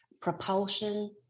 propulsion